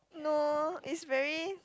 no it's very